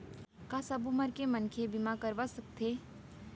का सब उमर के मनखे बीमा करवा सकथे?